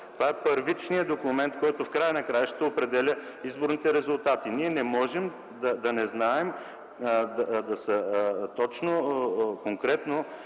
е първичният документ, който в края на краищата определя изборните резултати. Ние не можем да не знаем конкретно